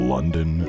London